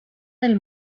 del